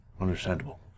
Understandable